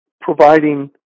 providing